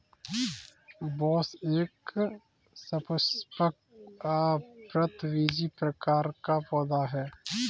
बांस एक सपुष्पक, आवृतबीजी प्रकार का पौधा है